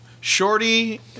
Shorty